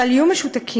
אבל יהיו משותקים,